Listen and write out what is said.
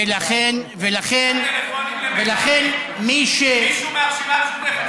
אתה מכיר מישהו מהרשימה המשותפת שהעביר טלפונים למחבלים?